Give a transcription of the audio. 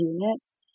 units